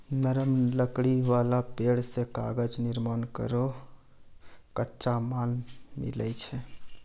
नरम लकड़ी वाला पेड़ सें कागज निर्माण केरो कच्चा माल मिलै छै